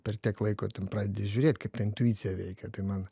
per tiek laiko ten pradedi žiūrėt kaip ta intuicija veikia tai man